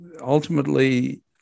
ultimately